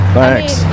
thanks